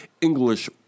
English